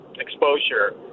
exposure